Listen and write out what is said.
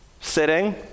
Sitting